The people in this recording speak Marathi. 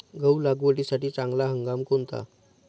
गहू लागवडीसाठी चांगला हंगाम कोणता?